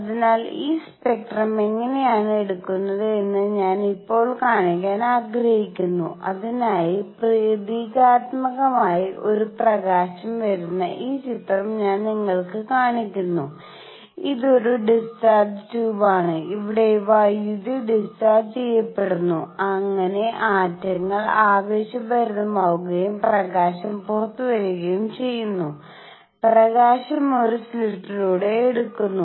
അതിനാൽ ഈ സ്പെക്ട്രം എങ്ങനെയാണ് എടുക്കുന്നത് എന്ന് ഞാൻ ഇപ്പോൾ കാണിക്കാൻ ആഗ്രഹിക്കുന്നത് അതിനായി പ്രതീകാത്മകമായി ഒരു പ്രകാശം വരുന്ന ഈ ചിത്രം ഞാൻ നിങ്ങൾക്ക് കാണിക്കുന്നു ഇത് ഒരു ഡിസ്ചാർജ് ട്യൂബ് ആണ് അവിടെ വൈദ്യുതി ഡിസ്ചാർജ് ചെയ്യപ്പെടുന്നു അങ്ങനെ ആറ്റങ്ങൾ ആവേശഭരിതമാവുകയും പ്രകാശം പുറത്തുവരുകയും ചെയ്യുന്നു പ്രകാശം ഒരു സ്ലിറ്റിലൂടെ എടുക്കുന്നു